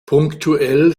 punktuell